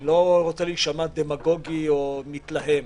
אני לא רוצה להישמע דמגוג או מתלהם,